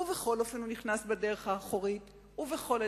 ובכל אופן הוא נכנס בדלת האחורית והתקבל.